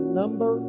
number